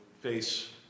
face